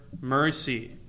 mercy